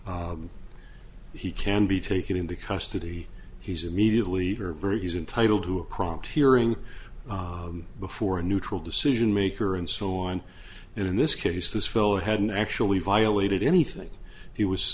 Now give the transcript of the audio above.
e he can be taken into custody he's immediately very he's entitled to a prompt hearing before a neutral decision maker and so on and in this case this fellow hadn't actually violated anything he was